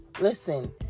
listen